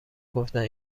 گفتند